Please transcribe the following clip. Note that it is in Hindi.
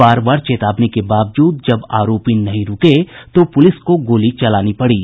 बार बार चेतावनी के बावजूद जब आरोपी नहीं रुके तो पुलिस को गोली चलानी पड़ी